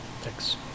Thanks